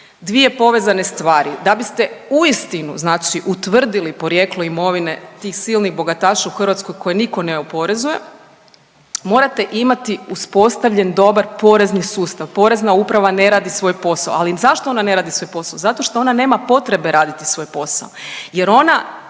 dvije povezane stvari. Da biste uistinu znači utvrdili porijeklo imovine tih silnih bogataša u Hrvatskoj koje nitko ne oporezuje morate imati uspostavljen dobar porezni sustav. Porezna uprava ne radi svoj posao. Ali zašto ona ne radi svoj posao? Zato što ona nema potrebe raditi svoj posao jer ona